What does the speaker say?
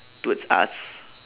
towards us